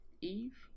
Eve